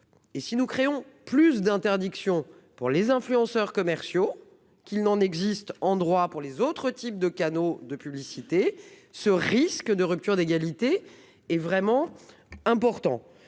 Et si nous créons plus d'interdiction pour les influenceurs commerciaux qu'il n'en existe en droit pour les autres types de canaux de publicité ce risque de rupture d'égalité est vraiment important,